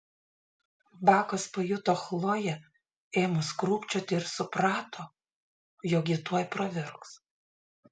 bakas pajuto chloję ėmus krūpčioti ir suprato jog ji tuoj pravirks